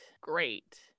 great